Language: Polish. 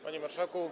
Panie Marszałku!